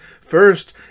First